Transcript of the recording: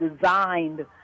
designed